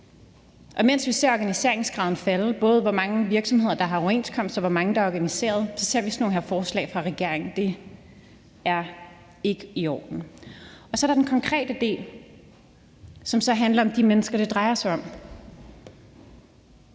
og imens vi ser, at organiseringsgraden falder, både i forhold til hvor mange virksomheder der har en overenskomst, og hvor mange der er organiserede, ser vi også sådan nogle forslag her fra regeringen, og det er ikke i orden. Så er der den konkrete del, som så handler om de mennesker, det drejer sig om.